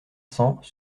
cents